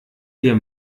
dir